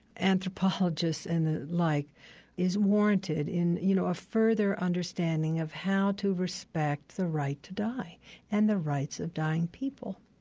anthropologists and the like is warranted in, you know, a further understanding of how to respect the right to die and the rights of dying people.